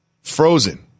Frozen